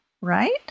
right